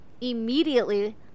Immediately